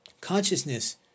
Consciousness